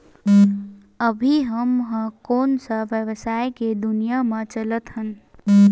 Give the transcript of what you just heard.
अभी हम ह कोन सा व्यवसाय के दुनिया म चलत हन?